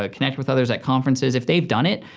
ah connect with others at conferences. if they've done it,